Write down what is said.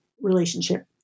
relationship